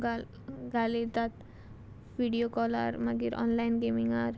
घा घालयतात विडियो कॉलार मागीर ऑनलायन गेमिंगार